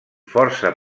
força